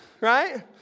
right